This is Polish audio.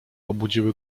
obudziły